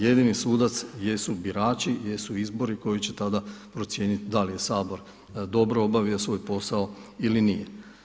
Jedini sudac jesu birači, jesu izbori koji će tada procijeniti da li je Sabor dobro obavio svoj posao ili nije.